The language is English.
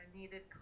needed